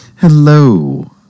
Hello